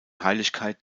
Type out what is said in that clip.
heiligkeit